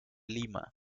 lima